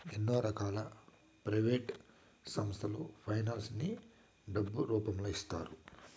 ఎన్నో రకాల ప్రైవేట్ సంస్థలు ఫైనాన్స్ ని డబ్బు రూపంలో ఇస్తాయి